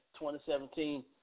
2017